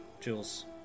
Jules